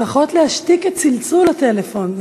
לפחות להשקיט את צלצול הטלפון.